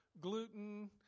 gluten